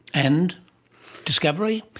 and discovery,